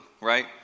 right